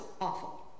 awful